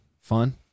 fun